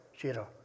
zero